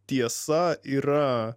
tiesa yra